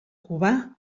cubà